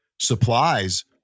supplies